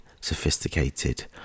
sophisticated